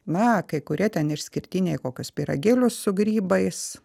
na kai kurie ten išskirtiniai kokius pyragėlius su grybais